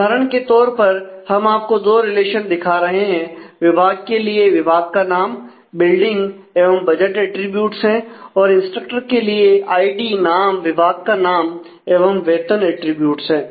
उदाहरण के तौर पर हम आपको दो रिलेशन दिखा रहे हैं विभाग के लिए विभाग का नाम बिल्डिंग एवं बजट एट्रिब्यूटस है और इंस्ट्रक्टर के लिए आईडी नाम विभाग का नाम एवं वेतन एट्रिब्यूटस है